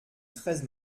treize